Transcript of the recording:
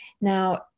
Now